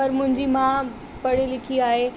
पर मुंहिंजी माउ पढ़ी लिखी आहे